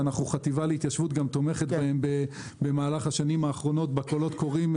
והחטיבה להתיישבות גם תומכת בהם במהלך השנים האחרונות בקולות קוראים,